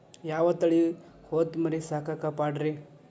ಯಾವ ತಳಿ ಹೊತಮರಿ ಸಾಕಾಕ ಪಾಡ್ರೇ?